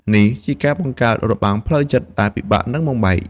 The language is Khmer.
នេះជាការបង្កើតរបាំងផ្លូវចិត្តដែលពិបាកនឹងបំបែក។